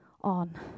on